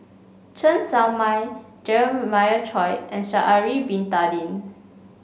Chen Show Mao Jeremiah Choy and Sha'ari Bin Tadin